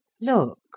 Look